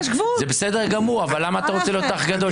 זה בסדר גמור, אבל למה אתה רוצה להיות אח גדול?